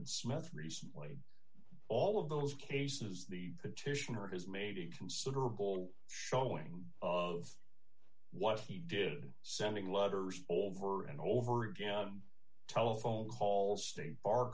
in smith's recently all of those cases the petitioner has made a considerable showing of what he did sending letters over and over again telephone calls state bar